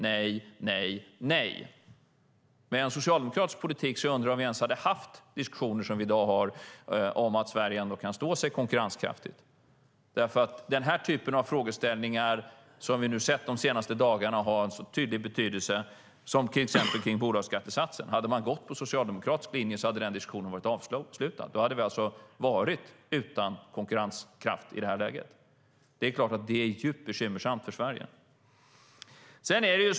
Med en socialdemokratisk politik undrar jag om vi ens hade haft de diskussioner vi i dag har om att Sverige ändå kan stå sig i fråga om konkurrenskraft. Den typen av frågeställningar som vi sett de senaste dagarna när det gäller till exempel bolagsskattesatsen har alltså tydlig betydelse. Hade man gått på Socialdemokraternas linje hade den diskussionen varit avslutad. Då hade vi alltså varit utan konkurrenskraft i det här läget. Det är klart att det är djupt bekymmersamt för Sverige.